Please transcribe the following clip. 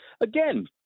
again